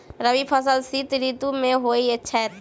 रबी फसल शीत ऋतु मे होए छैथ?